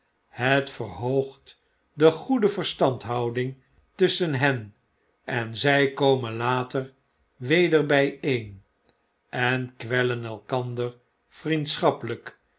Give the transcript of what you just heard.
het verhoogt de goede verstandhouding tust schen hen en zij komen later weder bijeen en kwellen elkander